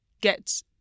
get